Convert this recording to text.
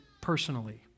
personally